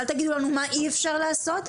אל תגידו לנו מה אי אפשר לעשות,